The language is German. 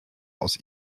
aus